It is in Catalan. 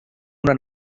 una